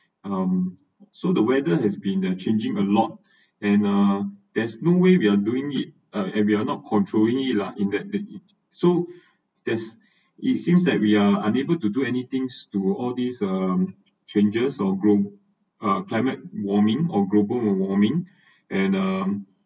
um so the weather has been the changing a lot and uh there's no way we're doing it uh we’re not controlling it lah in that the so there's it seems that we are unable to do anything to all these um changes of glo~ uh climate warming or global warming and um